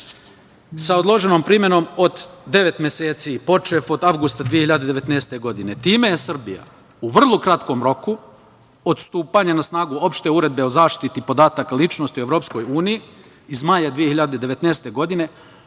sa odloženom primenom od devet meseci, počev od avgusta 2019. godine. Time je Srbija u vrlo kratkom roku od stupanja na snagu Opšte uredbe o zaštiti podataka o ličnosti u EU iz maja 2019. godine,